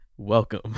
Welcome